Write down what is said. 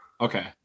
Okay